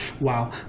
Wow